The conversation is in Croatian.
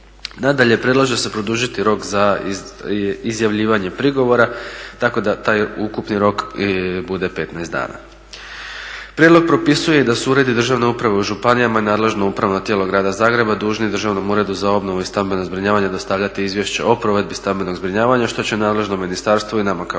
Nadalje, predlaže se produžiti rok za izjavljivanje prigovora tako da taj ukupni rok bude 15 dana. Prijedlog propisuje i da se uredi državne uprave u županijama i nadležna upravna tijela grada Zagreba dužni Državnom uredu za obnovu i stambeno zbrinjavanje dostavljati izvješće o provedbi stambenog zbrinjavanja što će nadležnom ministarstvu i nama kao